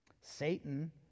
Satan